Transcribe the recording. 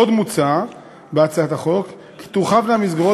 עוד מוצע בהצעת החוק כי תורחבנה המסגרות